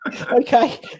Okay